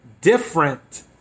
different